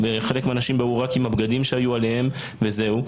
חלק מהאנשים באו רק עם הבגדים שהיו עליהם וזהו,